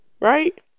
right